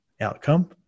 outcome